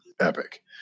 epic